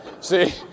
See